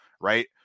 right